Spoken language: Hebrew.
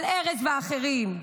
על ארז ואחרים.